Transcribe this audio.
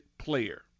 Player